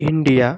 India